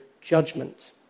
judgment